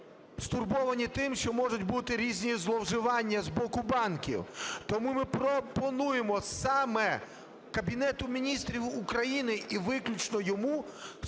стурбовані тим, що можуть бути різні зловживання з боку банків. Тому ми пропонуємо саме Кабінету Міністрів України і виключно йому